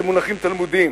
אלה מונחים תלמודיים.